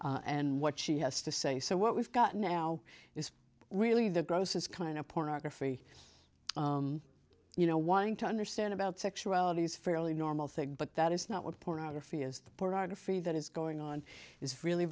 yes and what she has to say so what we've got now is really the gross is kind of pornography you know wanting to understand about sexuality is fairly normal thing but that is not what pornography is the pornography that is going on is really